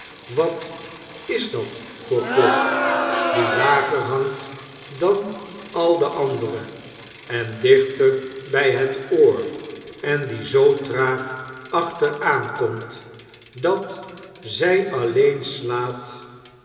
wat is dat voor klok die lager hangt dan al de andere en dichter by het oor en die zoo traag achteraankomt dat zy alleen slaat